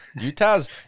Utah's